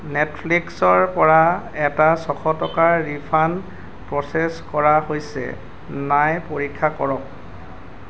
নেটফ্লিক্সৰপৰা এটা ছশ টকাৰ ৰিফাণ্ড প্ৰ'চেছ কৰা হৈছে নাই পৰীক্ষা কৰক